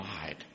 wide